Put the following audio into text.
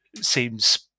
seems